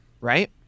right